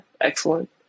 Excellent